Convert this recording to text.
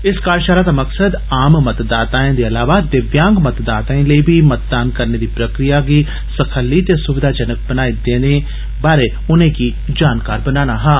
इस कार्जशाला दा मकसद आम मतदाताए दे इलावा दिव्यांग मतदाताए लेई बी मतदान करने दी प्रक्रिया गी सखल्ली ते सुविधाजनक बनाई गेदी बारै उनेंगी जानकार बनाना हा